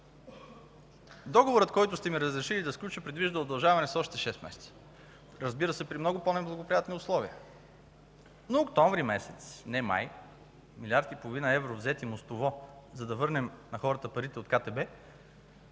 договорът, който сте ми разрешили да сключа, предвижда удължаване с още шест месеца, разбира се, при много по-неблагоприятни условия. Но октомври месец, не май, милиард и половина евро, взети мостово, за да върнем на хората парите от КТБ,